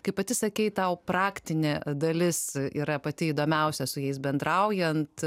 kaip pati sakei tau praktinė dalis yra pati įdomiausia su jais bendraujant